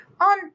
on